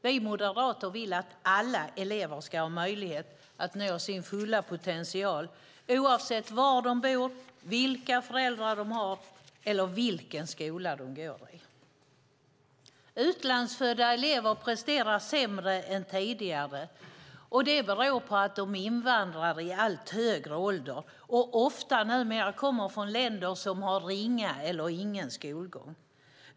Vi moderater vill att alla elever ska ha möjlighet att nå sin fulla potential oavsett var de bor, vilka föräldrar de har eller vilken skola de går i. Utlandsfödda elever presterar sämre än tidigare, och det beror på att de invandrar i allt högre ålder och ofta numera kommer från länder som har ringa eller ingen skolgång.